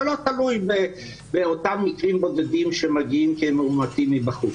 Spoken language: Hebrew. לא תלוי באותם מקרים בודדים שמגיעים כמאומתים מבחוץ.